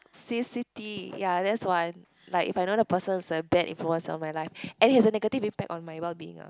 Sim City ya that's one like if I know the person is a bad influence on my life and he has a negative impact in my well being lah